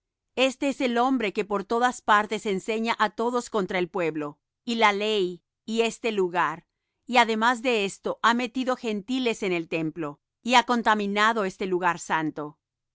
este es el hombre que por todas partes enseña á todos contra el pueblo y la ley y este lugar y además de esto ha metido gentiles en el templo y ha contaminado este lugar santo